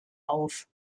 auf